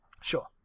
Sure